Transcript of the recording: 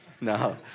no